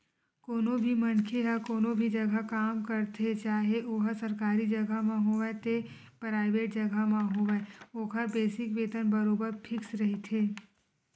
कोनो भी मनखे ह कोनो भी जघा काम करथे चाहे ओहा सरकारी जघा म होवय ते पराइवेंट जघा म होवय ओखर बेसिक वेतन बरोबर फिक्स रहिथे